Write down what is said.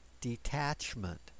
detachment